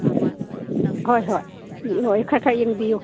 ꯍꯣꯏ ꯍꯣꯏ ꯍꯣꯏ ꯈꯔ ꯈꯔ ꯌꯦꯡꯕꯤꯎ